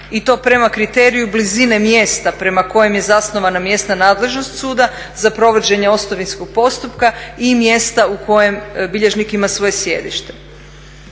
i to prema kriteriju blizine mjesta prema kojem je zasnovana mjesna nadležnost suda za provođenje ostavinskog postupka i mjesta u kojem bilježnik ima svoje sjedište.